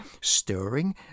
stirring